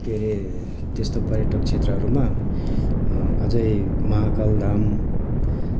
के अरे त्यस्तो पर्यटक क्षेत्रहरूमा अझै महाकाल धाम